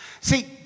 See